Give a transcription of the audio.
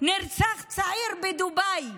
נרצח צעיר בדובאי,